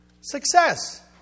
success